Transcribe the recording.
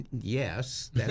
yes